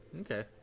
Okay